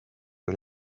või